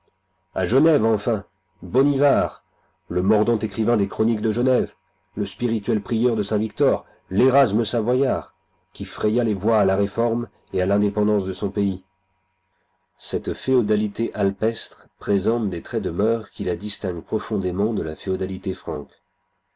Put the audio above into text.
à genève enfin bonivard le mordant écrivain des chroniques de genève le spirituel prieur de saint-victor l'erasme savoyard qui fraya les voies à la réforme et à l'indépendance de son pays cette féodalité alpestre présente des traits de mœurs qui la distinguent profondément de la féodalité franque